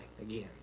again